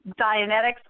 Dianetics